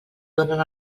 donen